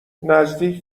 نزدیک